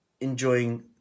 enjoying